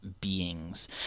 beings